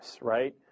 right